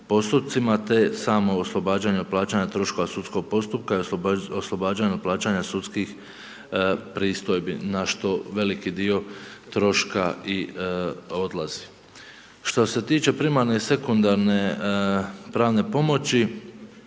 te samo oslobađanje od plaćanja troškova sudskog postupka i oslobađanja od plaćanja sudskih pristojbi na što veliki dio troška i odlazi. Što se tiče primarne i sekundarne pravne pomoći